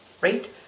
Right